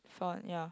got ya